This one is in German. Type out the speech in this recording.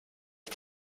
ich